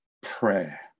Prayer